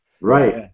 right